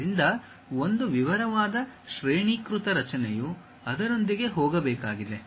ಆದ್ದರಿಂದ ಒಂದು ವಿವರವಾದ ಶ್ರೇಣೀಕೃತ ರಚನೆಯು ಅದರೊಂದಿಗೆ ಹೋಗಬೇಕಾಗಿದೆ